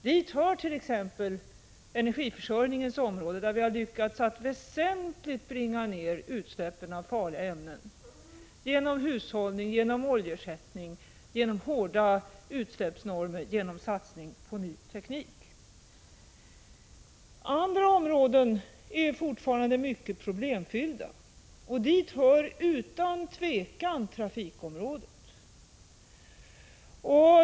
Dit hör t.ex. energiförsörjningen, där vi har lyckats att väsentligt bringa ned utsläppen av farliga ämnen genom hushållning, genom oljeersättning, genom hårda utsläppsnormer, genom satsning på ny teknik. Andra områden är fortfarande mycket problemfyllda. Dit hör utan tvivel trafikområdet.